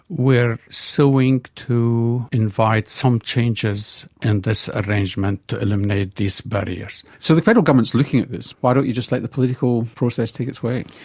we are suing to invite some changes in and this arrangement, to eliminate these barriers. so the federal government is looking at this, why don't you just let the political process take its way?